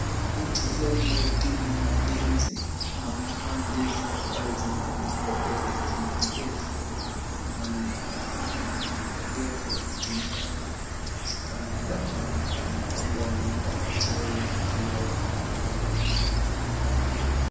Wachezaji wa timu ya ulinzi wamevaa jezi ambayo zimeandikwa mbele KDF, wanaangalia kwa kutazama si kamera ambayo ni kwamba wanaenda kucheza mpira wa kandanda.